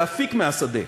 להפיק מהשדה.